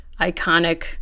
iconic